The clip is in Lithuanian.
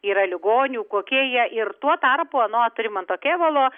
yra ligonių kokie jie ir tuo tarpu anot rimanto kėvalo